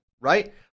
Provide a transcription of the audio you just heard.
right